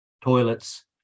toilets